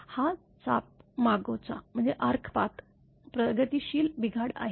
हा चाप मार्गाचा प्रगतिशील बिघाड आहे